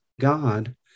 God